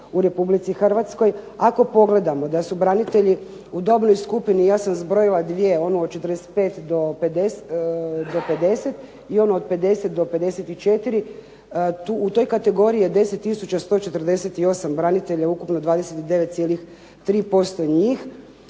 u Republici Hrvatskoj, ako pogledamo da su branitelji u dobnoj skupini, ja sam zbrojila dvije, onu od 45 do 50 i onu od 50 do 54, u toj kategoriji je 10 tisuća 148 branitelja ukupno 29,3% njih.